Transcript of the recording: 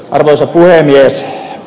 arvoisa puhemies